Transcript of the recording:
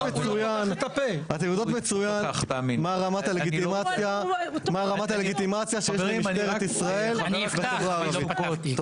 מצוין מה היא רמת הלגיטימציה שיש למשטרת ישראל בחברה הערבית.